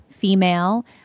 female